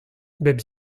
bep